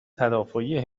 تدافعی